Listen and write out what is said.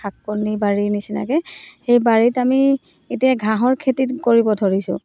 শাকনী বাৰীৰ নিচিনাকৈ সেই বাৰীত আমি এতিয়া ঘাঁহৰ খেতি কৰিব ধৰিছোঁ